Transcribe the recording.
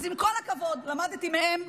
אז עם כל הכבוד, למדתי מהם.